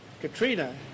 Katrina